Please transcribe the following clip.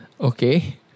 okay